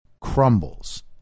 crumbles